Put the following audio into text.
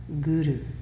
Guru